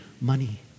money